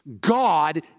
God